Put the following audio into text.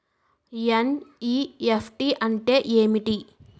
NEFT అంటే ఏమిటి?